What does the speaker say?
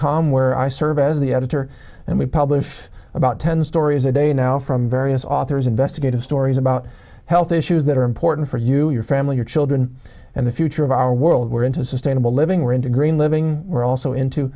com where i serve as the editor and we publish about ten stories a day now from various authors investigative stories about health issues that are important for you your family your children and the future of our world where into sustainable living we're into green living we're also into